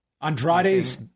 Andrade's